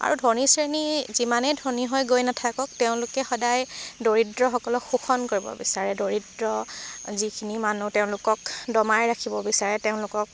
আৰু ধনী শ্ৰেণী যিমানেই ধনী হৈ গৈ নাথাকক তেওঁলোকে সদায় দৰিদ্ৰসকলক শোষণ কৰিব বিচাৰে দৰিদ্ৰ যিখিনি মানুহ তেওঁলোকক দমাই ৰাখিব বিচাৰে তেওঁলোকক